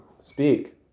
speak